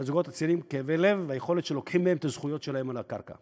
לזוגות הצעירים כאבי לב ומונע יכולת לקחת מהם את הזכויות שלהם בקרקע.